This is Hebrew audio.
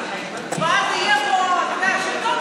ואז יהיה פה, אנשים הולכים